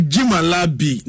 Jimalabi